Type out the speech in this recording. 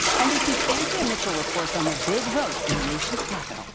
nbc's andrea mitchell reports on the big vote in the nation's capital